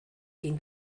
quien